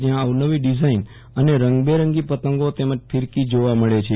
જયાં અવનવી ડિઝાઈન અને રંગબેરંગી પતંગો તેમજ ફીરકી જોવા મળે છે